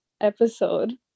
episode